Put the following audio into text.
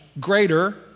greater